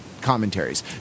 commentaries